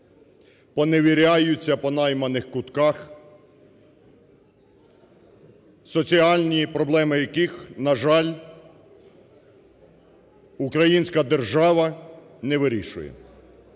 поневіряються по найманих кутках, соціальні проблеми яких, на жаль, українська держава не вирішує.